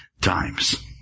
times